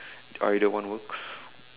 either one works